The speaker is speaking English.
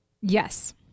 Yes